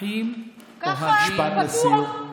אחים, אוהבים, משפט לסיום.